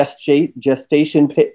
gestation